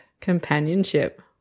companionship